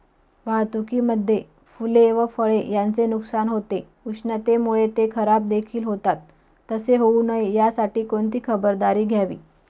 वाहतुकीमध्ये फूले व फळे यांचे नुकसान होते, उष्णतेमुळे ते खराबदेखील होतात तसे होऊ नये यासाठी कोणती खबरदारी घ्यावी?